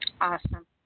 Awesome